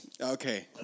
Okay